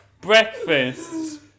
Breakfast